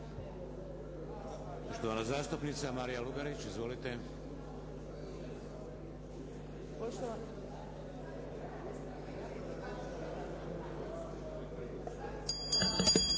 Štovana zastupnica Marija Lugarić. Izvolite! **Lugarić,